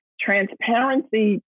Transparency